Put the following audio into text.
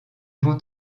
vont